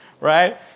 Right